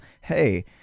hey